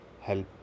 help